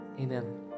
Amen